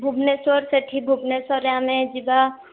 ଭୁବନେଶ୍ୱର ସେଠି ଭୁବନେଶ୍ୱରରେ ଆମେ ଯିବା